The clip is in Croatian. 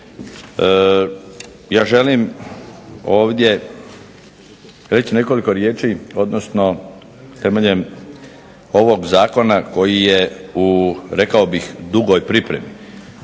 Ja želim ovdje reći nekoliko riječi, odnosno temeljem ovog zakona koji je u rekao bih dugoj pripremi